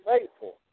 faithful